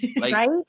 Right